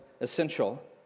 essential